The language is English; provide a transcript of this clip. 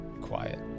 quiet